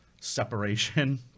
Separation